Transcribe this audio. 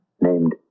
named